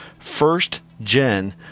firstgen